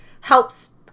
helps